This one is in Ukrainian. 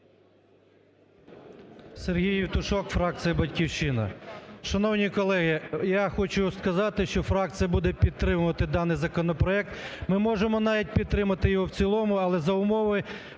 Сергій Євтушок, фракція "Батьківщина". Шановні колеги! Я хочу сказати, що фракція буде підтримувати даний законопроект. Ми можемо навіть підтримати його в цілому, але за умови